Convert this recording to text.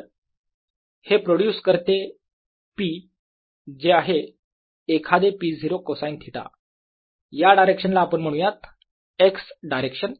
तर हे प्रोड्यूस करते P जे आहे एखादे P0 कोसाईन थिटा या डायरेक्शनला आपण म्हणूयात x डायरेक्शन